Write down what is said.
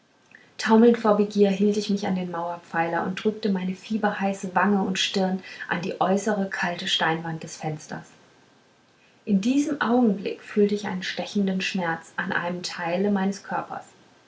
taumelnd vor begier hielt ich mich an den mauerpfeiler und drückte meine fieberheiße wange und stirn an die äußere kalte steinwand des fensters in diesem augenblick fühlte ich einen stechenden schmerz an einem teile meines körpers